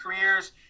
careers